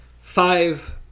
five